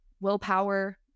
willpower